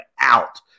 out